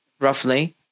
roughly